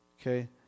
Okay